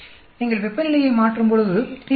நீங்கள் வெப்பநிலையை மாற்றும்போது pH 3